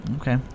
okay